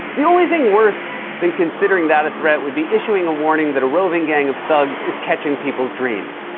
the only other thing worse than considering that a threat would be issuing a warning that a receiving gang of thugs is catching people's dreams.